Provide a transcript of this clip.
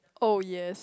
oh yes